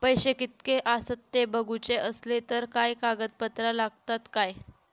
पैशे कीतके आसत ते बघुचे असले तर काय कागद पत्रा लागतात काय?